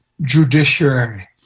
judiciary